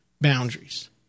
boundaries